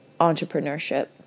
entrepreneurship